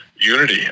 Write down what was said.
unity